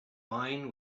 wine